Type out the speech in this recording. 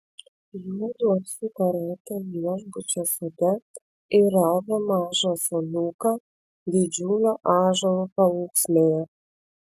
juodu apsuko ratą viešbučio sode ir rado mažą suoliuką didžiulio ąžuolo paūksmėje